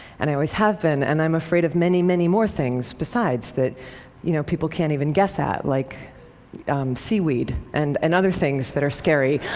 and i always have been. and i'm afraid of many, many more things besides that you know people can't even guess at, like seaweed and and other things that are scary.